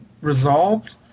resolved